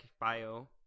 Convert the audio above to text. bio –